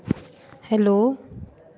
hello